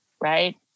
right